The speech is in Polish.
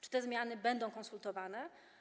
Czy te zmiany będą konsultowane?